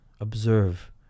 Observe